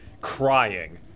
crying